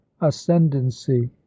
ascendancy